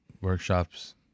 workshops